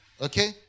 Okay